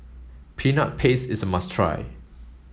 peanut paste is a must try